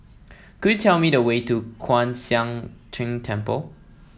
could you tell me the way to Kwan Siang Tng Temple